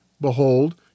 Behold